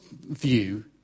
view